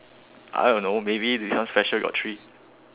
I don't know maybe become special got three